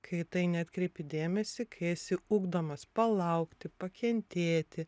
kai į tai neatkreipi dėmesį kai esi ugdomas palaukti pakentėti